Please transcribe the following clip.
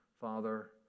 father